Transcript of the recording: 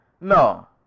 No